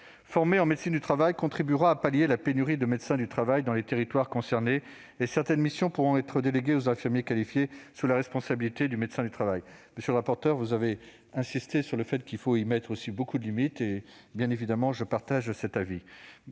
formé en médecine du travail, contribuera à pallier la pénurie de médecins du travail dans les territoires concernés. Certaines missions pourront en outre être déléguées aux infirmiers qualifiés, sous la responsabilité du médecin du travail.